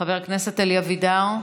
חבר הכנסת אלי אבידר,